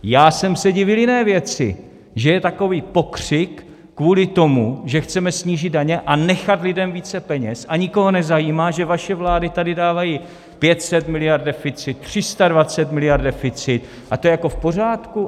Já jsem se divil jiné věci, že je takový pokřik kvůli tomu, že chceme snížit daně a nechat lidem více peněz, a nikoho nezajímá, že vaše vlády tady dávají 500 mld. deficit, 320 mld. deficit, a to je jako v pořádku?